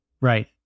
Right